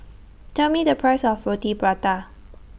Tell Me The Price of Roti Prata